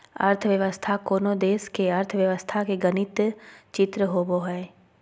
अर्थव्यवस्था कोनो देश के अर्थव्यवस्था के गणित चित्र होबो हइ